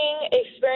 experience